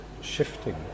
shifting